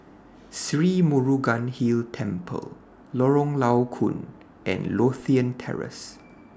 Sri Murugan Hill Temple Lorong Low Koon and Lothian Terrace